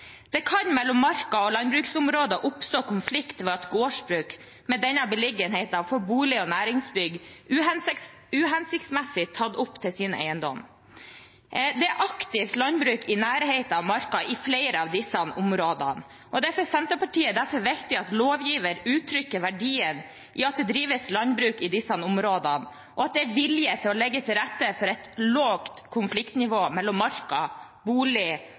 Det kan mellom Marka og landbruksområder oppstå konflikt ved at gårdsbruk med denne beliggenheten får bolig- og næringsbygg uhensiktsmessig tett opp til sin eiendom. Det er aktivt landbruk i nærheten av Marka i flere av disse områdene. Det er for Senterpartiet derfor viktig at lovgiver uttrykker verdien i at det drives landbruk i disse områdene, og at det er vilje til å legge til rette for et lavt konfliktnivå mellom Marka, bolig-